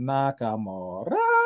Nakamura